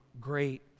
great